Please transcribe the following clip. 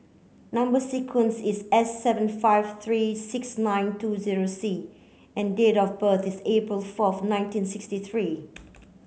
number sequence is S seven five three six nine two zero C and date of birth is April fourth nineteen sixty three